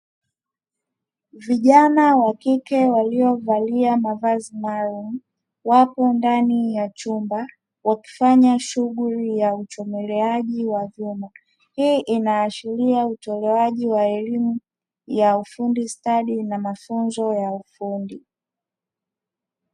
Vijana wa kike walio valia mavazi maalum wapo ndani ya chumba wakifanya shughuli ya uchomeleaji wa vyuma. Hii inaashiria utolewaji wa elimu ya ufundi stadi na mafunzo ya ufundi.